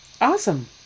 Awesome